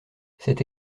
cette